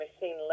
machine